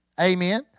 amen